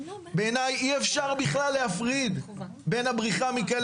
בעיניי אי-אפשר בכלל להפריד בין הבריחה מכלא